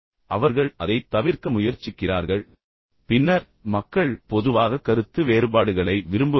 எனவே அவர்கள் அதைத் தவிர்க்க முயற்சிக்கிறார்கள் பின்னர் மக்கள் பொதுவாக கருத்து வேறுபாடுகளை விரும்புவதில்லை